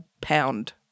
pound